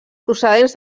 procedents